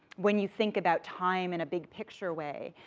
when you think about time in a big picture way.